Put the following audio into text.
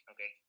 Okay